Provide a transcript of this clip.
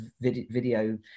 video